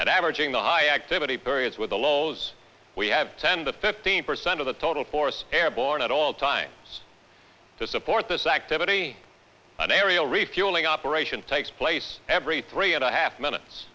and averaging the high activity variance with the lows we have send the fifteen percent of the total force airborne at all times to support this activity an aerial refueling operation takes place every three and a half minutes